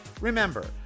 Remember